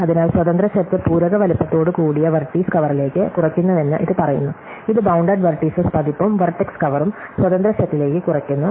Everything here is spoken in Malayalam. അതിനാൽ സ്വാതന്ത്ര്യ സെറ്റ് പൂരക വലുപ്പത്തോടുകൂടിയ വെർട്ടീസ് കവറിലേക്ക് കുറയ്ക്കുന്നുവെന്ന് ഇത് പറയുന്നു ഇത് ബൌണ്ടഡ് വെർട്ടീസസ് പതിപ്പും വെർട്ടെക്സ് കവറും സ്വാതന്ത്ര്യ സെറ്റിലേക്ക് കുറയ്ക്കുന്നു